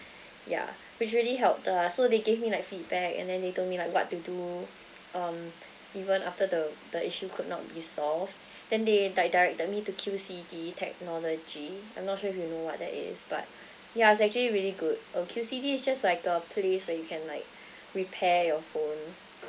yeah which really helped the so they gave me like feedback and then they told me like what to do um even after the the issue could not be solved then they di~ direct di~ me to Q_C_D technology I'm not sure if you know what that is but ya it's actually really good oh Q_C_D is just like a place where you can like repair your phone